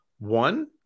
One